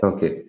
Okay